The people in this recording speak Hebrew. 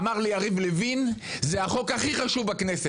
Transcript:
אמר לי יריב לוין - זה החוק הכי חשוב בכנסת.